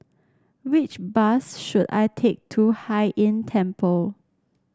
which bus should I take to Hai Inn Temple